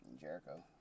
Jericho